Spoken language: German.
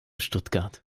stuttgart